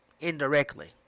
indirectly